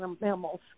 mammals